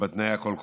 בתנאי הקול הקורא,